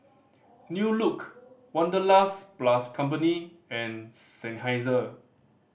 New Look Wanderlust Plus Company and Seinheiser